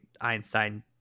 Einstein